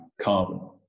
carbon